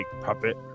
puppet